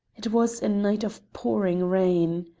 it was a night of pouring rain.